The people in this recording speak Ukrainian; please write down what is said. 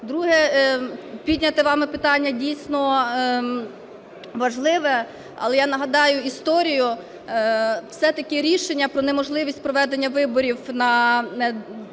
Друге. Підняте вами питання, дійсно, важливе, але я нагадаю історію. Все-таки рішення про неможливість проведення виборів на деяких